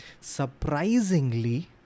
Surprisingly